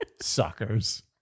Suckers